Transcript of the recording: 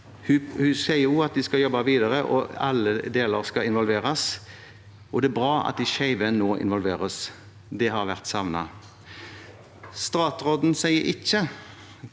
Hun sier også at de skal jobbe videre, og alle deler skal involveres. Det er bra at de skeive nå involveres. Det har vært savnet. Statsråden sier ikke